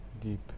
deep